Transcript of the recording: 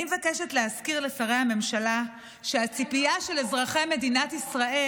אני מבקשת להזכיר לשרי הממשלה שהציפייה של אזרחי מדינת ישראל